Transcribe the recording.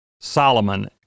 Solomon